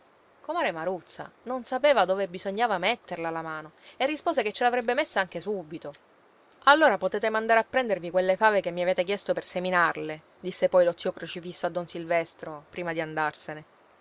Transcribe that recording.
comare maruzza non sapeva dove bisognava metterla la mano e rispose che ce l'avrebbe messa anche subito allora potete mandare a prendervi quelle fave che mi avete chiesto per seminarle disse poi lo zio crocifisso a don silvestro prima di andarsene